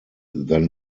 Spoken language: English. then